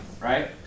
right